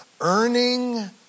earning